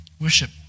Worship